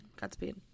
godspeed